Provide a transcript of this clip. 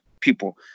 people